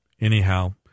anyhow